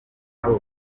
n’abo